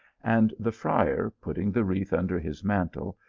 and the friar, put ting the wreath under his mantle,